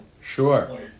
Sure